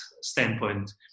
standpoint